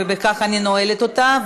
ובכך אני נועלת אותה,